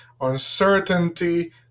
uncertainty